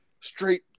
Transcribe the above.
straight